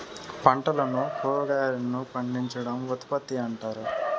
పంటలను కురాగాయలను పండించడం ఉత్పత్తి అంటారు